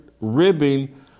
ribbing